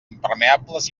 impermeables